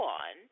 on